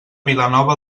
vilanova